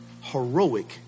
heroic